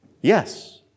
Yes